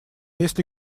если